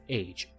age